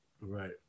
right